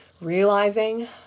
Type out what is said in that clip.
realizing